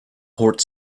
port